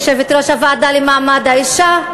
יושבת-ראש הוועדה למעמד האישה,